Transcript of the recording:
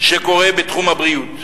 בתחום הבריאות,